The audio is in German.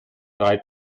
drei